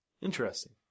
Interesting